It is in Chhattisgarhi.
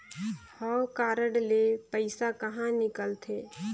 हव कारड ले पइसा कहा निकलथे?